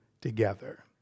together